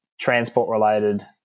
transport-related